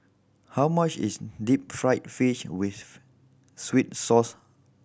how much is deep fried fish with sweet sauce